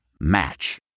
Match